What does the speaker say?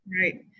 Right